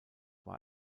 war